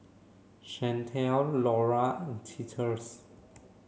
Shanelle Lolla and Titus